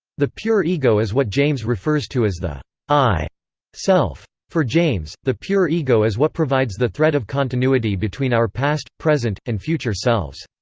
the pure ego is what james refers to as the i self. for james, the pure ego is what provides the thread of continuity between our past, present, and future selves.